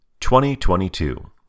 2022